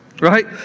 Right